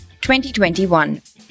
2021